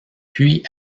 puis